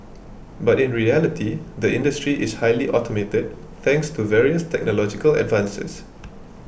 but in reality the industry is highly automated thanks to various technological advances